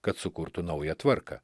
kad sukurtų naują tvarką